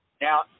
Now